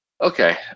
Okay